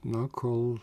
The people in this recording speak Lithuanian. na kol